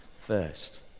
first